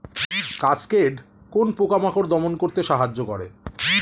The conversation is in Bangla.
কাসকেড কোন পোকা মাকড় দমন করতে সাহায্য করে?